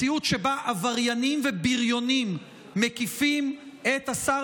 מציאות שבה עבריינים ובריונים מקיפים את השר